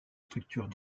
structures